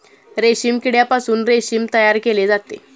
रेशीम किड्यापासून रेशीम तयार केले जाते